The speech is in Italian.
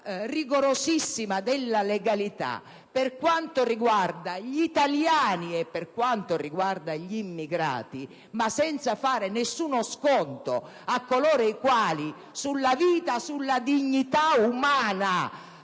rigorosissima della legalità per quanto riguarda gli italiani e per quanto riguarda gli immigrati, ma senza fare nessuno sconto a coloro i quali sulla vita e sulla dignità umana